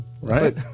Right